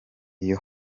iyo